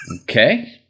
Okay